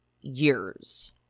years